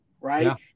right